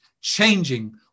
changing